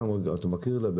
אתה מכיר את זה,